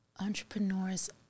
entrepreneurs